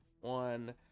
one